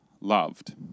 loved